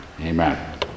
amen